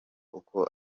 uko